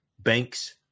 Banks